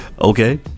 okay